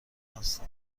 هستم